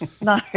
no